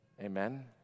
Amen